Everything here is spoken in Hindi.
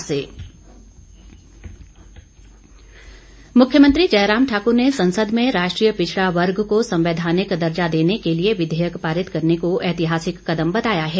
मुख्यमंत्री मुख्यमंत्री जयराम ठाकुर ने संसद में राष्टीय पिछड़ा वर्ग को संवैधानिक दर्जा देने के लिए विघेयक पारित करने को ऐतिहासिक कदम बताया है